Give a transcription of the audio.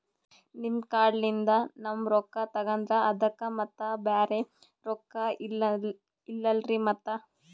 ನಿಮ್ ಕಾರ್ಡ್ ಲಿಂದ ನಮ್ ರೊಕ್ಕ ತಗದ್ರ ಅದಕ್ಕ ಮತ್ತ ಬ್ಯಾರೆ ರೊಕ್ಕ ಇಲ್ಲಲ್ರಿ ಮತ್ತ?